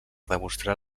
demostrar